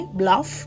bluff